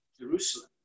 Jerusalem